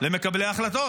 למקבלי ההחלטות.